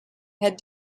head